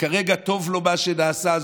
כרגע טוב לו מה שנעשה,